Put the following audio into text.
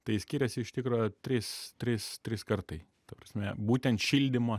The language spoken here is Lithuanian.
tai skiriasi iš tikro trys trys trys kartai ta prasme būtent šildymo